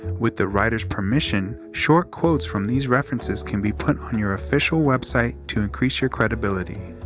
with the writers' permission, short quotes from these references can be put on your official website to increase your credibility.